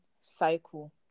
cycle